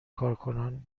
کارکنان